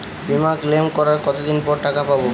বিমা ক্লেম করার কতদিন পর টাকা পাব?